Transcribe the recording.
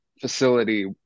facility